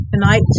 tonight